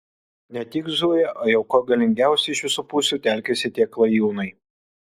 ne tik zuja o jau kuo galingiausiai iš visų pusių telkiasi tie klajūnai